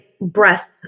breath